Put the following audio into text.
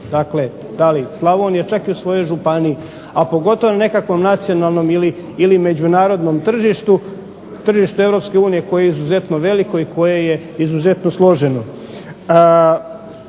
da li Slavonije, čak i u svojoj županiji, a pogotovo nekakvom nacionalnom ili međunarodnom tržištu, tržištu Europske unije koje je izuzetno veliko i koje je izuzetno složeno.